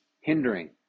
hindering